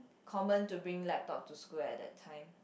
common to bring laptop to school at that time